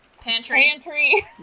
pantry